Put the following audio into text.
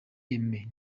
aimée